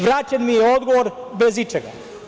Vraćen mi je odgovor bez ičega.